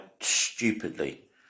stupidly